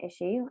issue